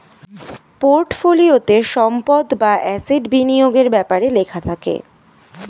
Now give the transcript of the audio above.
পোর্টফোলিওতে সম্পদ বা অ্যাসেট বিনিয়োগের ব্যাপারে লেখা থাকে